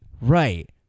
right